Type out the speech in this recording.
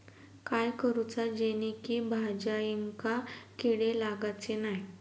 काय करूचा जेणेकी भाजायेंका किडे लागाचे नाय?